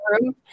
room